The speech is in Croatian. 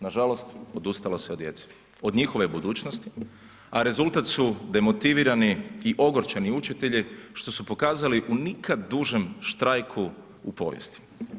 Nažalost odustalo se od djece, od njihove budućnosti, a rezultat su demotivirani i ogorčeni učitelji što su pokazali u nikad dužem štrajku u povijesti.